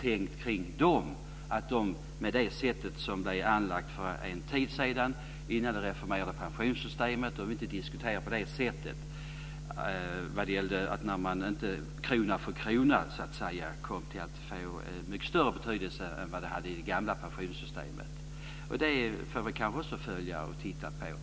tänkt kring den med det sätt som blev anlagt för en tid sedan. Innan vi reformerade pensionssystemet diskuterade vi inte på det sättet att det krona för krona skulle få mycket större betydelse än vad det hade i det gamla pensionssystemet. Det får vi kanske också följa och titta på.